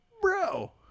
bro